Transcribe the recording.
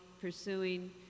pursuing